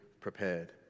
prepared